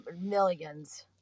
millions